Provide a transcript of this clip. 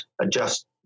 adjust